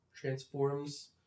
transforms